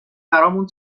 برامون